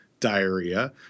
diarrhea